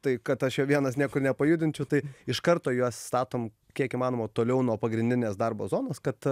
tai kad aš jo vienas niekur nepajudinčiau tai iš karto juos statom kiek įmanoma toliau nuo pagrindinės darbo zonos kad